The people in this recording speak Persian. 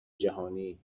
جهانی